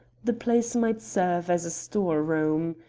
the place might serve as a store room.